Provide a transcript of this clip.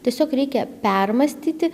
tiesiog reikia permąstyti